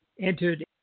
entered